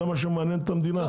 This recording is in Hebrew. זה מה שמעניין את המדינה?